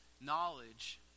knowledge